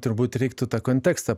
turbūt reiktų tą kontekstą